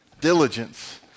Diligence